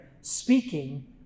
speaking